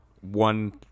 one